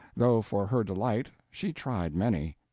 though for her delight she tried many.